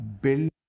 build